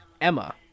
Emma